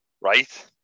right